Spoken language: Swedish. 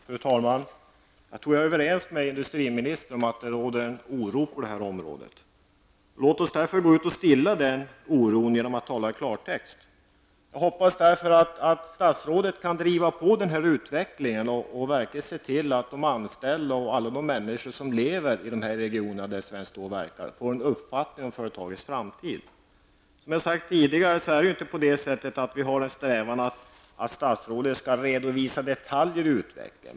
Fru talman! Jag är överens med industriministern om att det råder oro på området. Låt oss därför gå ut och stilla den oron genom att tala i klartext. Jag hoppas att statsrådet skall driva på utvecklingen och se till att de anställda och alla de människor som lever i regionerna där Svenskt Stål verkar får en uppfattning om företagets framtid. Som jag har sagt tidigare, har vi inte någon strävan att statsrådet skall redovisa detaljer i utvecklingen.